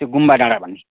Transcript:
त्यो गुम्बा डाँडा भन्ने